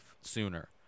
sooner